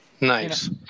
Nice